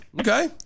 Okay